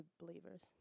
believers